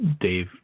Dave